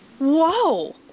Whoa